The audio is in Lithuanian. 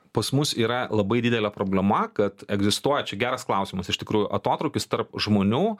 pas mus yra labai didelė problema kad egzistuoja geras čia klausimas iš tikrųjų atotrūkis tarp žmonių